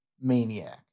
maniac